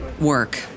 work